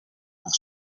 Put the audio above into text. pour